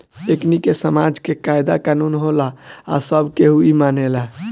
एकनि के समाज के कायदा कानून होला आ सब केहू इ मानेला